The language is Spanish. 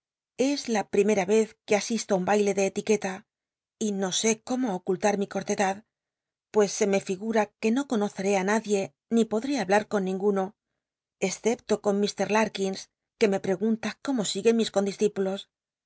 es la primera vez que asisto i un baile de etiqueta y que cómo ocullar mi cotedad pues se me llgum no conoceré á nadie ni podl'é habla r con ningun o c cepto con la kins que me pregunta como siguen mis conclisc